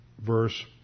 verse